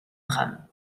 drame